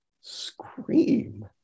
scream